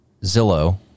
Zillow